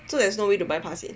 so there's no way to bypass it